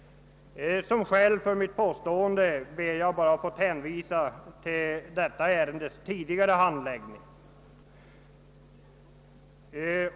Som skäl för mitt påstående ber jag att få hänvisa till förevarande ärendes tidigare handläggning.